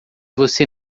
você